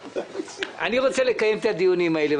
אני רוצה לקיים את הדיונים האלה,